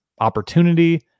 opportunity